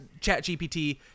ChatGPT